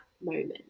moment